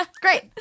Great